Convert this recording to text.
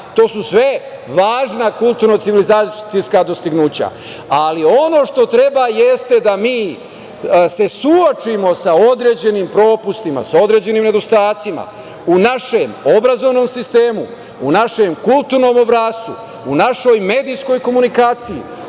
To su sve važna kulturno-civilizacijska dostignuća, ali ono što treba jeste da mi se suočimo sa određenim propustima, sa određenim nedostacima u našem obrazovnom sistemu, u našem kulturnom obrascu, u našoj medijskoj komunikaciji,